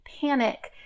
panic